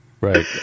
Right